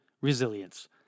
resilience